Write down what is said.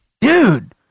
Dude